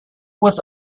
was